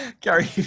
Gary